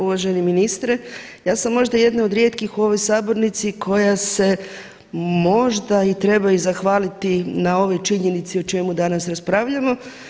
Uvaženi ministre ja sam možda jedna od rijetkih u ovoj sabornici koja se možda i treba i zahvaliti na ovoj činjenici o čemu danas raspravljamo.